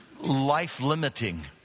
life-limiting